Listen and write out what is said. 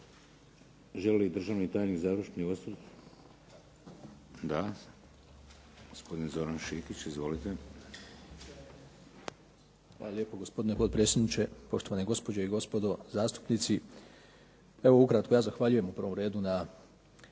Želi li državni tajnik završni osvrt? Da. Gospodin Zoran Šikić. Izvolite. **Šikić, Zoran** Hvala lijepo gospodine potpredsjedniče, poštovane gospođe i gospodo zastupnici. Evo ukratko, ja zahvaljujem u prvom redu na